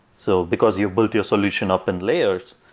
so because you've built your solution up in layers,